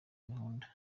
gahunda